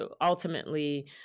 ultimately